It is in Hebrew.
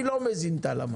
אני לא מזין את הלמ"ס.